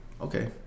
okay